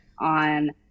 on